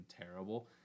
terrible